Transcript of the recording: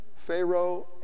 Pharaoh